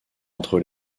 entre